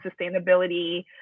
sustainability